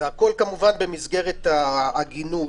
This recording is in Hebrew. והכול כמובן במסגרת ההגינות.